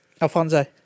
Alfonso